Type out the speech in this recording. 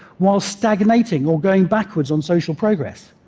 while stagnating or going backwards on social progress.